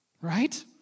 right